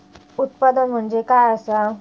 उत्पादन म्हणजे काय असा?